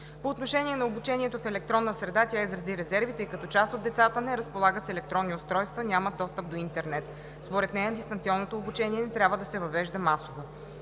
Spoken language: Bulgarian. По отношение на обучението в електронна среда тя изрази резерви, тъй като част от децата не разполагат с електронни устройства, нямат достъп до интернет. Според нея дистанционното обучение не трябва да се въвежда масово.